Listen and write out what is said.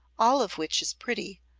all of which is pretty,